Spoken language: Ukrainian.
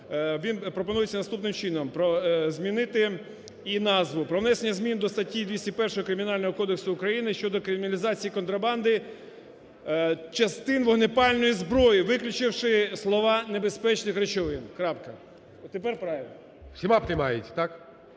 Тому пропонується наступним чином: змінити і назву. "Про внесення змін до статті 201 Кримінального кодексу України щодо криміналізації контрабанди частин вогнепальної зброї", виключивши слова "небезпечних речовин". Крапка. Отепер правильно. ГОЛОВУЮЧИЙ. Всіма